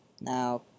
Now